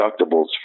deductibles